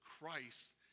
Christ